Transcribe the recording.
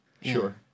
Sure